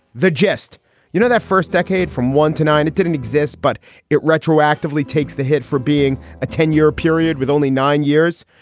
the gist you know that first decade from one to nine it didn't exist, but it retroactively takes the hit for being a ten year period with only nine years.